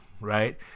right